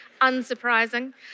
Unsurprising